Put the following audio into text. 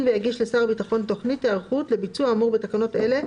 ויגיש לשר הביטחון תכנית היערכות לביצוע האמור בתקנות אלה,